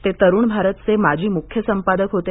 ते तरुण भारतचे माजी मुख्य संपादक होते